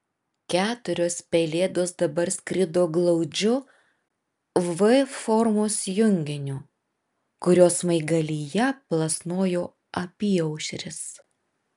keturios pelėdos dabar skrido glaudžiu v formos junginiu kurio smaigalyje plasnojo apyaušris